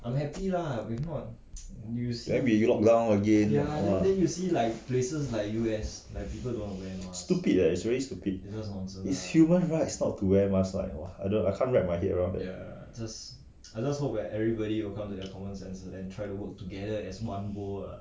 then we lock down again !whoa! stupid eh is really stupid is human rights not to wear mask !whoa! I I can't wrap my head around that